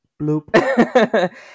Bloop